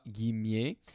Guimier